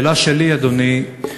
השאלה שלי, אדוני,